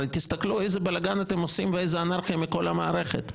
הרי תסתכלו איזה בלגאן ואיזו אנרכיה אתם עושים מכל המערכת.